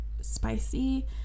spicy